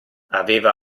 aveva